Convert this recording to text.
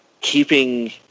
keeping